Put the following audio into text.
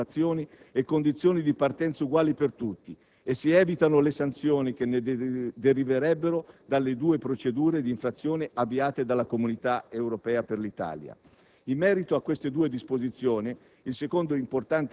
In questo modo si garantisce un mercato caratterizzato da informazioni e condizioni di partenza uguali per tutti e si evitano le sanzioni che deriverebbero dalle due procedure d'infrazione avviate dall'Unione Europea per l'Italia